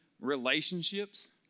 relationships